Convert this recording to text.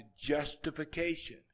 justification